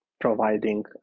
providing